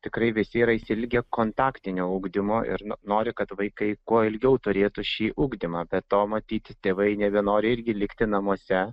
tikrai visi yra išsiilgę kontaktinio ugdymo ir nori kad vaikai kuo ilgiau turėtų šį ugdymą be to matyt tėvai nebenori irgi likti namuose